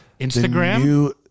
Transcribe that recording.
Instagram